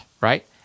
right